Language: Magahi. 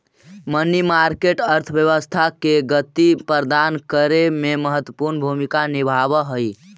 मनी मार्केट अर्थव्यवस्था के गति प्रदान करे में महत्वपूर्ण भूमिका निभावऽ हई